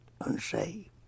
unsaved